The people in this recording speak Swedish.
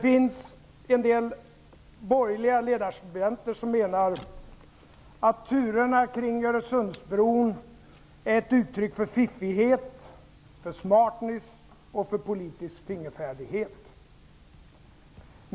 En del borgerliga ledarskribenter menar att turerna kring Öresundsbron är ett uttryck för fiffighet, för ''smartness'' och för politisk fingerfärdighet.